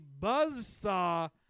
buzzsaw